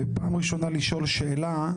ופעם ראשונה לשאול שאלה,